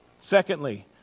secondly